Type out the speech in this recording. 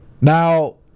now